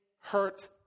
hurt